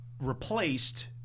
replaced